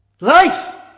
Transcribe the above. life